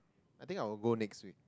I think I will go next week